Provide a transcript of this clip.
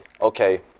okay